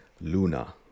Luna